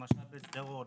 למשל בשדרות.